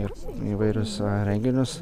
ir įvairius renginius